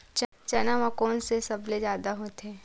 चना म कोन से सबले जादा होथे?